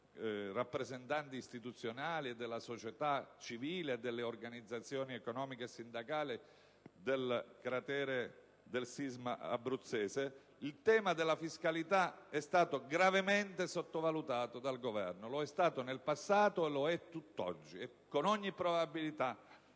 rappresentanti istituzionali, della società civile e delle organizzazioni economiche e sindacali del cratere del sisma abruzzese ‑ è stato gravemente sottovalutato dal Governo. Lo è stato nel passato e lo è tutt'oggi. Con ogni probabilità